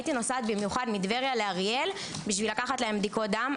הייתי נוסעת במיוחד מטבריה לאריאל כדי לקחת להם בדיקות דם.